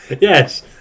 Yes